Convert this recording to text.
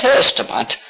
Testament